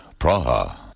Praha